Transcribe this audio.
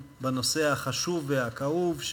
דרכוני שירות ודרכונים לאומיים עם ממשלת הרפובליקה של